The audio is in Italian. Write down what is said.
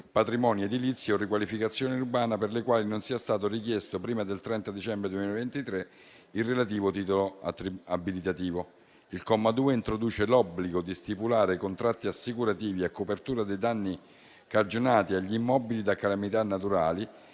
patrimonio edilizio o riqualificazione urbana per le quali non sia stato richiesto prima del 30 dicembre 2023 il relativo titolo abilitativo. Il comma 2 introduce l'obbligo di stipulare contratti assicurativi a copertura dei danni cagionati agli immobili da calamità naturali